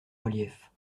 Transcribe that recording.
reliefs